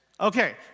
Okay